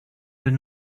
your